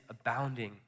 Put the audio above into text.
abounding